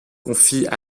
confient